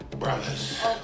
Brothers